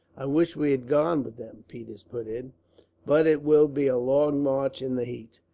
i wish we had gone with them, peters put in but it will be a long march, in the heat.